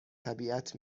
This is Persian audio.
طبیعت